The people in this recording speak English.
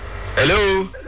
Hello